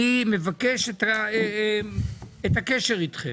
אני מבקש את הקשר איתכם.